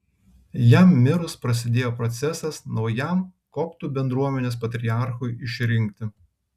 jam mirus prasidėjo procesas naujam koptų bendruomenės patriarchui išrinkti